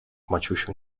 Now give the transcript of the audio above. maciusiu